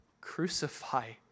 crucify